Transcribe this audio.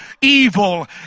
evil